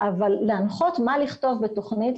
אבל להנחות מה לכתוב בתוכנית,